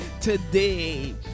today